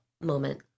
moment